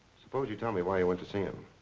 suppose you tell me why you went to see him.